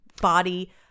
body